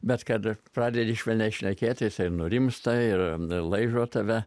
bet kad pradedi švelniai šnekėtis ir nurimsta ir laižo tave